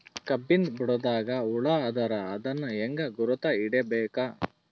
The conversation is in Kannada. ಕಬ್ಬಿನ್ ಬುಡದಾಗ ಹುಳ ಆದರ ಅದನ್ ಹೆಂಗ್ ಗುರುತ ಹಿಡಿಬೇಕ?